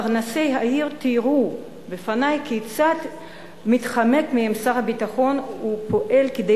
פרנסי העיר תיארו בפני כיצד מתחמק מהם שר הביטחון ופועל כדי